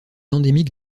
endémique